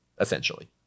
Essentially